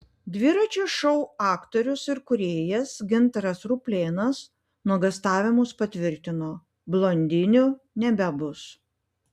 dviračio šou aktorius ir kūrėjas gintaras ruplėnas nuogąstavimus patvirtino blondinių nebebus